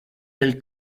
del